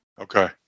Okay